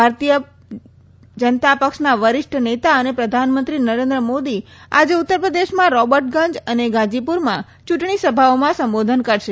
ભારતીય જનતા પક્ષના વરિષ્ઠ નેતા અને પ્રધાનમંત્રી નરેન્દ્ર મોદી આજે ઉત્તર પ્રદેશમાં રોબર્ટગંજ અને ગાજીપુરમાં ચુંટણી સભાઓમાં સંબોધન કરશે